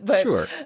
Sure